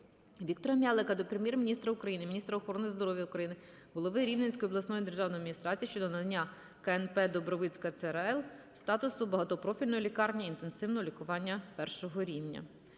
Віктора М'ялика до Прем'єр-міністра України, міністра охорони здоров'я України, голови Рівненської обласної державної адміністрації щодо надання КНП "Дубровицька ЦРЛ" статусу багатопрофільної лікарні інтенсивного лікування першого рівня.